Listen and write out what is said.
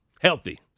Healthy